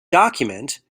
document